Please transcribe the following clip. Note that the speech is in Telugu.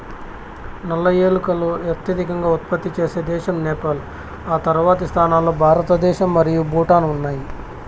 నల్ల ఏలకులు అత్యధికంగా ఉత్పత్తి చేసే దేశం నేపాల్, ఆ తర్వాతి స్థానాల్లో భారతదేశం మరియు భూటాన్ ఉన్నాయి